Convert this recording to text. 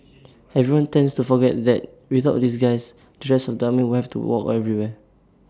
everyone tends to forget that without these guys the rest of the army would have to walk everywhere